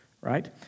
right